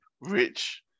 Rich